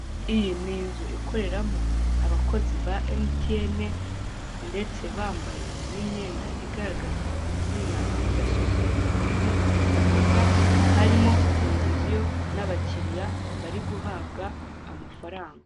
Iyi ni inzu ikoreramo abakozi ba emutiyeni ndetse bambaye n'imyenda igaragaza izina rya sosiyete n'ibindi bakora, harimo televiziyo n'abakiriya bari guhabwa amafaranga.